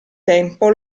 tempo